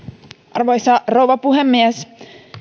arvoisa rouva puhemies